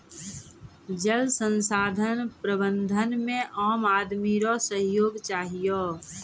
जल संसाधन प्रबंधन मे आम आदमी रो सहयोग चहियो